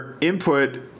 input